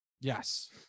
Yes